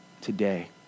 today